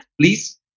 please